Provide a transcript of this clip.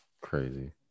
crazy